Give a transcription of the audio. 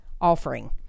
offering